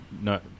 no